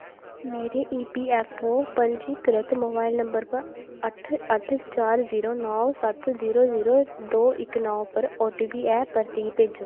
मेरे ईपीऐफ्फओ पंजीकृत mobile number अट्ठ अट्ठ चार जीरो नौ सत्त जीरो जीरो दो इक नौ पर ओटीपी ऐ परतियै भेजो